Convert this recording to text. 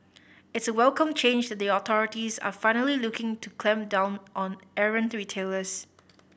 it's a welcome change that the authorities are finally looking to clamp down on errant retailers